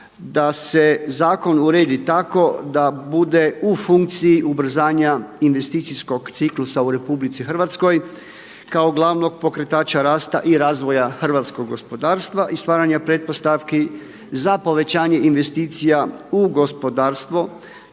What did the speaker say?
da se zakon uredi tako da bude u funkciji ubrzanja investicijskog ciklusa u RH kao glavnom pokretača rasta i razvoja hrvatskog gospodarstva i stvaranja pretpostavki za povećanje investicija u gospodarstvo